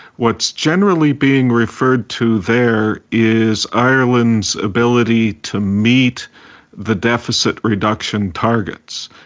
what's generally being referred to there is ireland's ability to meet the deficit reduction targets.